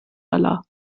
حالا